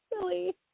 Silly